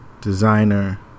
designer